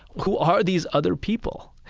who are these other people?